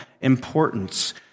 importance